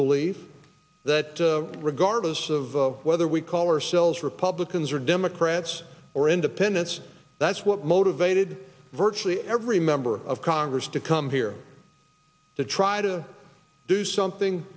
believe that regardless of whether we call ourselves republicans or democrats or independents that's what motivated virtually every member of congress to come here to try to do something